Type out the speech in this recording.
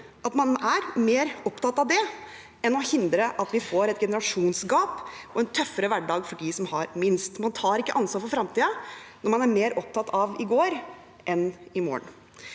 at man er mer opptatt av det enn av å hindre at vi får et generasjonsgap og en tøffere hverdag for dem som har minst. Man tar ikke ansvar for framtiden når man er mer opptatt av i går enn av i morgen.